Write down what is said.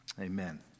Amen